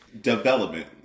Development